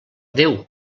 déu